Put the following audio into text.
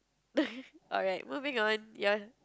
alright moving on ya